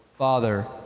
Father